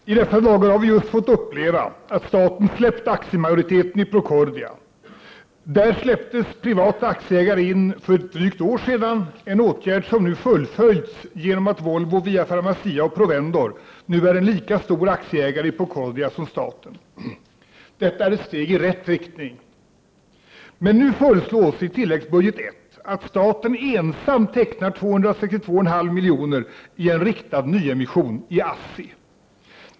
Fru talman! I dessa dagar har vi just fått uppleva att staten släppt aktiemajoriteten i Procordia. Där släpptes privata aktieägare in för drygt ett år sedan, en åtgärd som nu fullföljs genom att Volvo via Pharmacia och Provendor nu är en lika stor aktieägare i Procordia som staten. Detta är ett steg i rätt riktning. Men nu föreslås i tilläggsbudget I att staten ensam tecknar 262,5 milj.kr. i en riktad nyemission i ASSI.